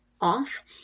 Off